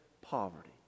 poverty